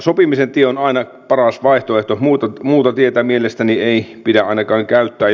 sopimisen tie on aina paras vaihtoehto muuta tietä mielestäni ei pidä ainakaan käyttää